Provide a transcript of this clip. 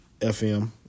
FM